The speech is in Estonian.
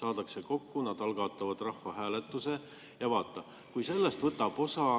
saadakse kokku, nad algatavad rahvahääletuse. Vaata, kui võtab osa